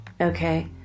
Okay